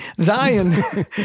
Zion